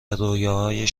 رویاهای